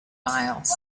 miles